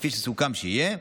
כפי שסוכם שיהיה.